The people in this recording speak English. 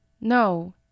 No